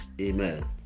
Amen